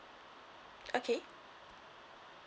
okay